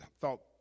thought